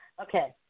Okay